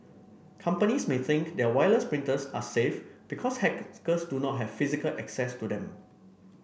companies may think their wireless printers are safe because hacker do not have physical access to them